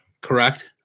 Correct